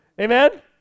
Amen